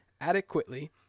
Adequately